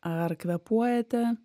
ar kvėpuojate